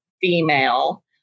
female